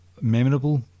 memorable